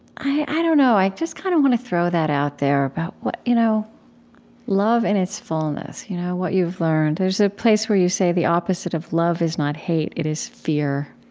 i i don't know, i just kind of want to throw that out there about what you know love in its fullness you know what you've learned. there's a place where you say the opposite of love is not hate, it is fear.